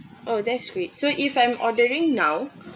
oh that's sweet so if I'm ordering now